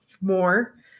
more